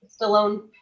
Stallone